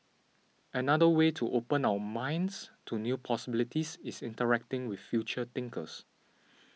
another way to open our minds to new possibilities is interacting with future thinkers